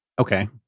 okay